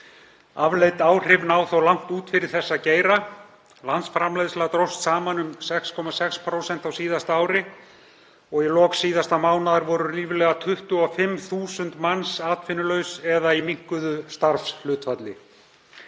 Afleidd áhrif ná þó langt út fyrir þessa geira. Landsframleiðsla dróst saman um 6,6% á síðasta ári og í lok síðasta mánaðar voru ríflega 25.000 manns atvinnulaus eða í minnkuðu starfshlutfalli.